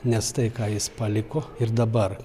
nes tai ką jis paliko ir dabar